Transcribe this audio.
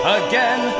again